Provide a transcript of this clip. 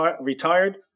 retired